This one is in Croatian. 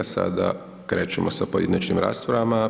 Sada krećemo sa pojedinačnim raspravama.